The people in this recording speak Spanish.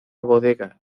bodega